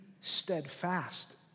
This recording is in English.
steadfast